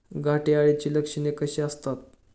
घाटे अळीची लक्षणे कशी असतात?